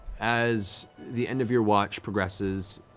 as the end of your watch progresses,